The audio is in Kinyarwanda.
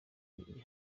iri